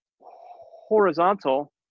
horizontal